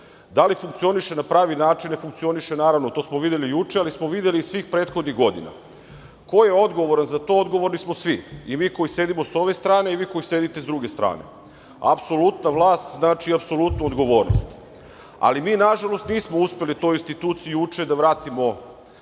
Da li funkcioniše na pravi način? Ne funkcioniše, naravno. To smo20/2 GD/MJvideli juče, ali smo videli i svih prethodnih godina. Ko je odgovoran za to? Odgovorni smo svi – i mi koji sedimo sa ove strane i vi koji sedite sa druge strane. Apsolutna vlast znači apsolutnu odgovornost, ali mi nažalost nismo uspeli u tu instituciju juče da vratimo,